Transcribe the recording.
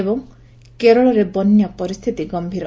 ଏବଂ କେରଳରେ ବନ୍ୟା ପରିସ୍ଥିତି ଗମ୍ଭୀର